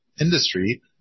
industry